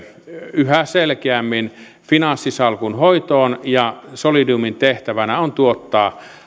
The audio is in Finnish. yhä selkeämmin finanssisalkun hoitoon ja solidiumin tehtävänä on tuottaa